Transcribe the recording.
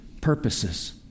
purposes